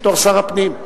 בתור שר הפנים,